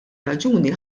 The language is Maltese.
raġuni